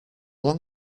long